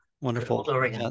wonderful